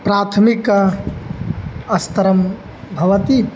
प्राथमिकः स्तरः भवति